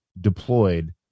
deployed